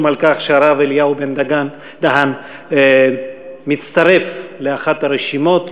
על כך שהרב אליהו בן-דהן מצטרף לאחת הרשימות,